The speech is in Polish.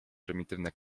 prymitywne